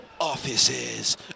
offices